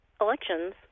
elections